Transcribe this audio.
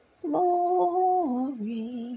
glory